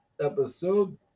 episode